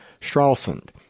Stralsund